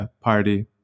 party